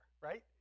right